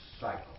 cycle